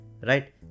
Right